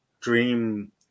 dream